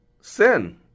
Sin